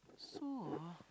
so ah